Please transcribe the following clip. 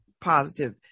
positive